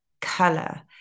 color